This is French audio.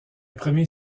premier